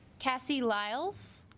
cassie lyles